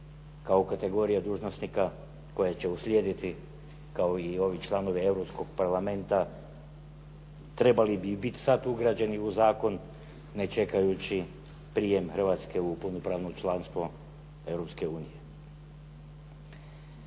kao kategorija dužnosnika koja će uslijediti kao i ovi članovi Europskog parlamenta trebali bi biti sad ugrađeni zakon, ne čekajući prijem Hrvatske u punopravno članstvo Europske unije.